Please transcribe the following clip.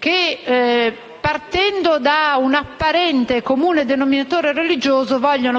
che, partendo da un apparente comune denominatore religioso, ambiscono